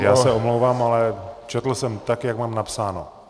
Já se omlouvám, ale četl jsem tak, jak mám napsáno.